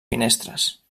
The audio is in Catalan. finestres